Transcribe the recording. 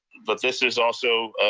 but this is also,